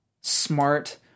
smart